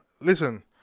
Listen